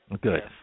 Good